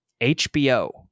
HBO